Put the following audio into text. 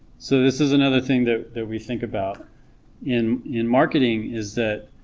so this is another thing that that we think about in in marketing is that